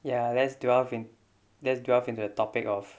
ya let's delve in let's delve into the topic of